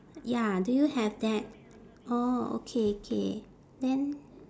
ya do you have that orh okay K then